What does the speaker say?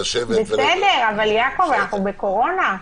אנחנו בקורונה.